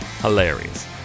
hilarious